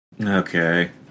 Okay